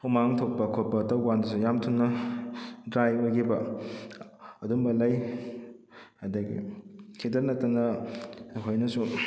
ꯍꯨꯃꯥꯡ ꯊꯣꯛꯄ ꯈꯣꯠꯄ ꯇꯧꯀꯥꯟꯗꯁꯨ ꯌꯥꯝ ꯊꯨꯅ ꯗ꯭ꯔꯥꯏ ꯑꯣꯏꯈꯤꯕ ꯑꯗꯨꯝꯕ ꯂꯩ ꯑꯗꯨꯗꯒꯤ ꯑꯁꯤꯇ ꯅꯠꯇꯅ ꯑꯩꯈꯣꯏꯅꯁꯨ